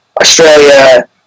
Australia